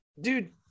dude